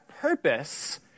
purpose